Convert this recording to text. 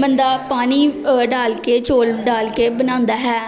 ਬੰਦਾ ਪਾਣੀ ਡਾਲ ਕੇ ਚੋਲ ਡਾਲ ਕੇ ਬਣਾਉਂਦਾ ਹੈ